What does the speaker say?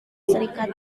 serikat